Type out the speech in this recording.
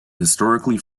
historically